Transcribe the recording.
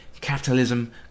capitalism